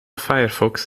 firefox